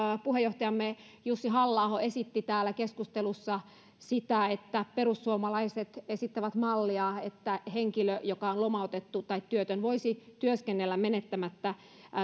puheenjohtajamme jussi halla aho esitti täällä keskustelussa että perussuomalaiset esittävät mallia että henkilö joka on lomautettu tai työtön voisi työskennellä menettämättä